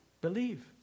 believe